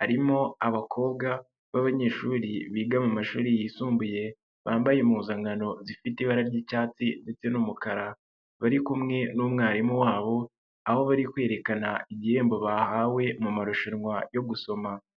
harimo abakobwa b'abanyeshuri biga mu mashuri yisumbuye, bambaye impuzankano zifite ibara ry'icyatsi ndetse n'umukara bari kumwe n'umwarimu wabo aho bari kwerekana igihembo bahawe mu marushanwa yo gusoma.